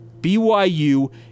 BYU